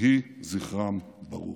יהי זכרם ברוך.